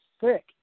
sick